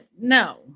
No